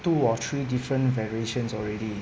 two or three different variations already